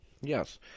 Yes